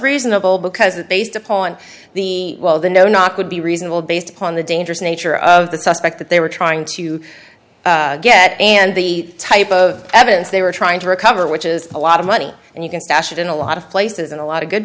reasonable because it based upon the well the no knock would be reasonable based upon the dangerous nature of the suspect that they were trying to get and the type of evidence they were trying to recover which is a lot of money and you can stash it in a lot of places in a lot of good